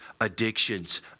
addictions